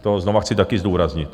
To znovu chci také zdůraznit.